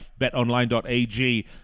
betonline.ag